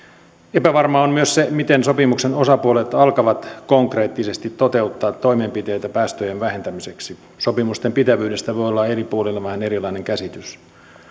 epävarmaa on myös se miten sopimuksen osapuolet alkavat konkreettisesti toteuttaa toimenpiteitä päästöjen vähentämiseksi sopimusten pitävyydestä voi olla eri puolilla vähän erilainen käsitys